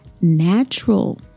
natural